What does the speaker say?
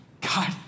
God